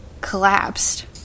collapsed